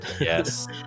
yes